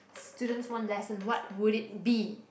students one lesson what would it be